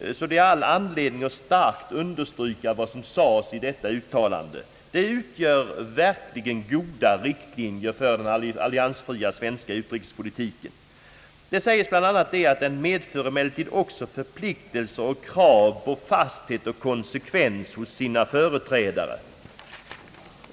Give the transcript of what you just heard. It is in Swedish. det finns all anledning att starkt understryka vad som sades i detta uttalande. Det innehåller verkligen goda riktlinjer för den alliansfria svenska utrikespolitiken, I uttalandet sägs bl.a.: »Den medför emellertid också förpliktelser och krav på fasthet och konsekvens hos sina företrädare.